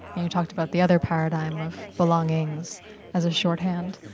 and you talked about the other paradigm of belongings as a shorthand.